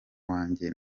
wanjye